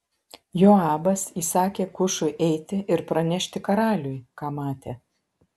joabas įsakė kušui eiti ir pranešti karaliui ką matė